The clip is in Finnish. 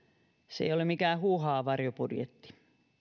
se ei ole mikään huuhaa varjobudjetti